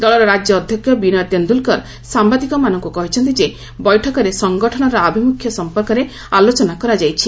ଦଳର ରାଜ୍ୟ ଅଧ୍ୟକ୍ଷ ବିନୟ ତେନ୍ଦୁଲତକର ସାମ୍ଭାଦିକମାନଙ୍କୁ କହିଛନ୍ତି ଯେ ବୈଠକରେ ସଂଗଠନର ଆଭିମୁଖ୍ୟ ସମ୍ପର୍କରେ ଆଲୋଚନା କରାଯାଇଛି